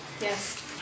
Yes